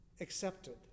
accepted